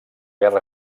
guerra